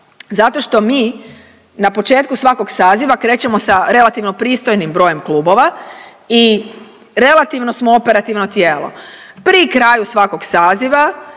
Zato što mi, na početku svakog saziva krećemo sa relativno pristojnim brojem klubova i relativno smo operativno tijelo. Pri kraju svakog saziva,